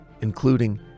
including